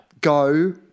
Go